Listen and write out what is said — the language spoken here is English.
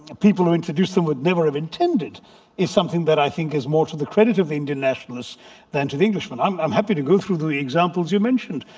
people who introduced them would never have intended is something that i think is more to the credit of the indian nationalist than to the englishman. i'm um happy to go through the the examples you mentioned.